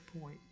point